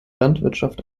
landwirtschaft